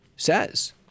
says